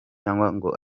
ngo